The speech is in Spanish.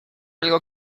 algo